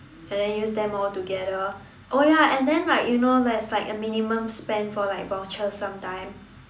and then use them all together oh ya and then like you know like there's a minimum spend for like vouchers sometimes